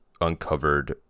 uncovered